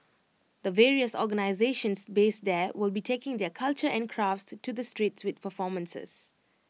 the various organisations based there will be taking their culture and crafts to the streets with performances